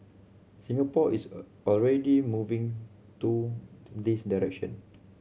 Singapore is a already moving to this direction